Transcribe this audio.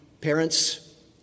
parents